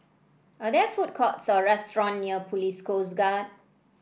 are there food courts or restaurant near Police Coast Guard